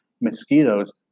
Mosquitoes